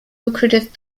lucrative